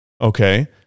Okay